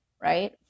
right